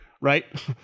right